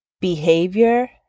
behavior